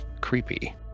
creepy